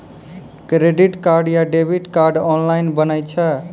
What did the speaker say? Credit card या debit card online बनै छै?